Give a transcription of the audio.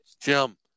Jump